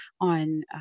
on